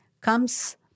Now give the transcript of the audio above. comes